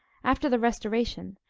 after the restoration,